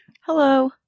Hello